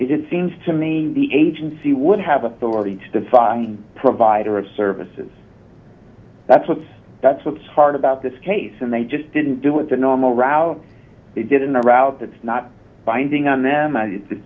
it seems to me the agency would have authority to defy provider of services that's what's that's what's hard about this case and they just didn't do it the normal route they did in the route that's not binding on them and